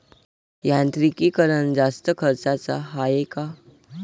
यांत्रिकीकरण जास्त खर्चाचं हाये का?